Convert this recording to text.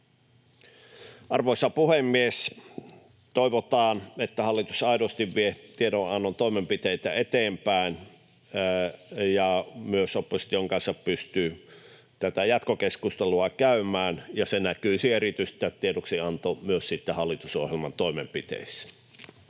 Arvoisa puhemies! Toivotaan, että hallitus aidosti vie tiedonannon toimenpiteitä eteenpäin ja myös opposition kanssa pystyy tätä jatkokeskustelua käymään ja tämä tiedoksianto näkyisi erityisesti myös sitten hallitusohjelman toimenpiteissä.